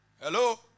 Hello